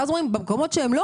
ואז אומרים במקומות שלא,